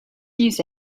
use